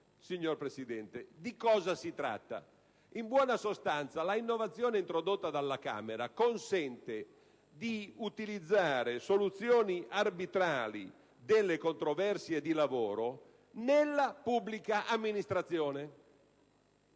Signor Presidente, di cosa si tratta? In buona sostanza, l'innovazione introdotta dalla Camera consente di utilizzare soluzioni arbitrali delle controversie di lavoro nella pubblica amministrazione.